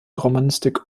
romanistik